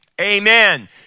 amen